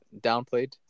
downplayed